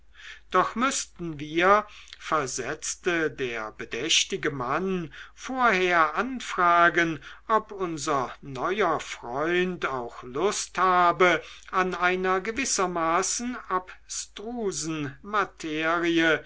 doch müßten wir versetzte der bedächtige mann vorher anfragen ob unser neuer freund auch lust habe an einer gewissermaßen abstrusen